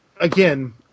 again